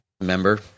member